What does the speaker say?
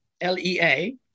L-E-A